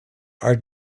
are